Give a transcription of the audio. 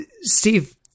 Steve